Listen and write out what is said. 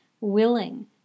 willing